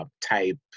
type